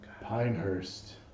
Pinehurst